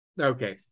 Okay